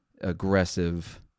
aggressive